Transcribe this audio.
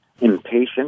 impatient